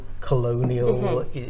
Colonial